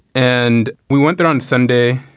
and we went there on sunday.